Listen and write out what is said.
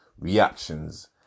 reactions